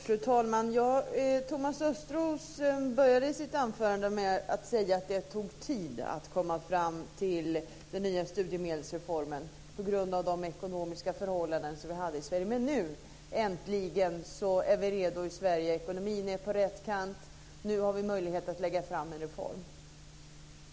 Fru talman! Thomas Östros började sitt anförande med att säga att det tog tid att komma fram till den nya studiemedelsreformen på grund av de ekonomiska förhållanden som vi hade i Sverige, men nu är vi äntligen redo. Ekonomin är på rätt kant, och nu har vi möjlighet att lägga fram en reform.